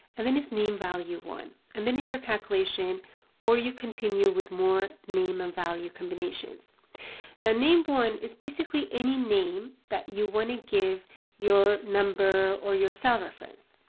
and then it's name value one, and then it's your calculation or you continue with more name and value combinations. now name one is basically any name that you want to give your number or your cell reference.